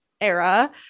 era